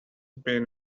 been